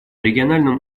региональном